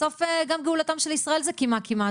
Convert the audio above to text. בסוף גם גאולתם של ישראל זה קמעה קמעה,